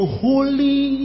holy